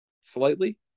slightly